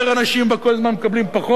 יותר אנשים בה כל הזמן מקבלים פחות,